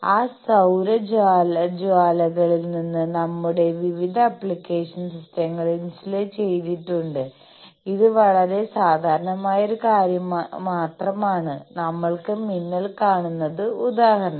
ആ സൌരജ്വാലകളിൽ നിന്ന് നമ്മളുടെ വിവിധ ആപ്ലിക്കേഷൻ സിസ്റ്റങ്ങൾ ഇൻസുലേറ്റ് ചെയ്തിട്ടുണ്ട് ഇത് വളരെ സാധാരണമായ ഒരു കാര്യം മാത്രമാണ് നമ്മൾക്ക് മിന്നൽ കാണുന്നത് ഉദാഹരണം